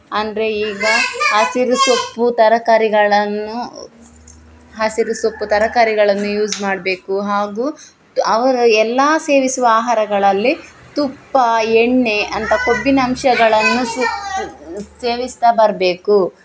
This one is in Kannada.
ಅಂದರೆ ಈಗ ಹಸಿರು ಸೊಪ್ಪು ತರಕಾರಿಗಳನ್ನು ಹಸಿರು ಸೊಪ್ಪು ತರಕಾರಿಗಳನ್ನು ಯೂಸ್ ಮಾಡಬೇಕು ಹಾಗು ಅವರು ಎಲ್ಲಾ ಸೇವಿಸುವ ಆಹಾರಗಳಲ್ಲಿ ತುಪ್ಪ ಎಣ್ಣೆ ಅಂಥ ಕೊಬ್ಬಿನ ಅಂಶಗಳನ್ನು ಸು ಸೇವಿಸ್ತಾ ಬರಬೇಕು